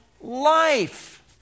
life